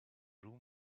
room